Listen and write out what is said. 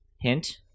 Hint